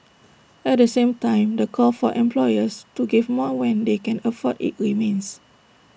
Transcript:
at the same time the call for employers to give more when they can afford IT remains